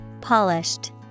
Polished